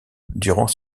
durant